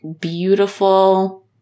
beautiful